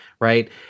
right